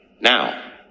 now